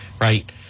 right